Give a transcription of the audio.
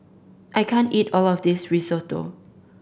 I can't eat all of this Risotto